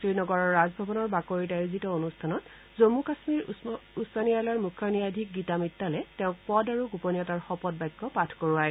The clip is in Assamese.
শ্ৰীনগৰৰ ৰাজভৱনৰ বাকৰিত আয়োজিত অনুষ্ঠানত জম্ম কাশ্মীৰ উচ্চ ন্যায়ালয়ৰ মুখ্য ন্যায়াধীশ গীতা মিট্টালে তেওঁক পদ আৰু গোপনীয়তাৰ শপত বাক্য পাঠ কৰোৱায়